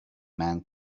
man